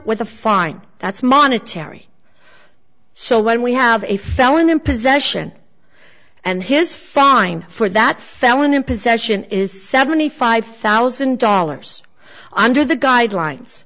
with a fine that's monetary so when we have a felon in possession and his fine for that felon in possession is seventy five thousand dollars under the guidelines